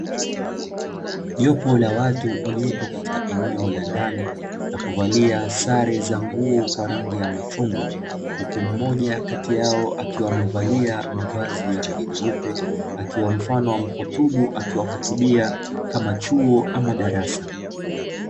Jopo la watu walipo katika eneo la ndani wakivalia sare za nguo za rangi ya machungwa huku mmoja kati yao akiwa amevalia mavazi ya rangi nyeupe akiwa mfano wa muhutubu akiwahutubia ama chuo kama darasa.